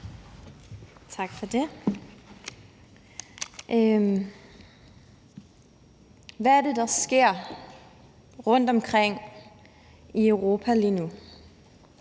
Hvad er det, der sker rundt omkring i Europa lige nu?